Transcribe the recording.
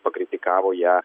pakritikavo ją